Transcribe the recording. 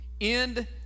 End